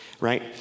right